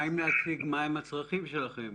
מה עם להציג מהם הצרכים שלכם?